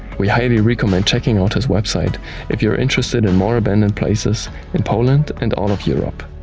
we highly recommend checking out his website if you are interested in more abandoned places in poland and all of europe.